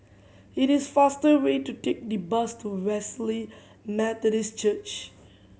it is faster way to take the bus to Wesley Methodist Church